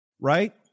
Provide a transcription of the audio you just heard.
right